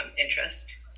interest